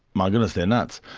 my goodness, they're nuts.